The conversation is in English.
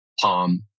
palm